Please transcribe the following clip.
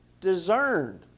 discerned